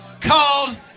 called